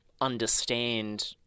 understand